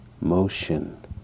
motion